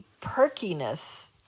perkiness